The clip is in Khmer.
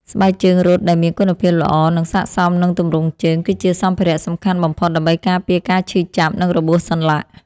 ស្បែកជើងរត់ដែលមានគុណភាពល្អ និងស័ក្តិសមនឹងទម្រង់ជើង គឺជាសម្ភារៈសំខាន់បំផុតដើម្បីការពារការឈឺចាប់ និងរបួសសន្លាក់។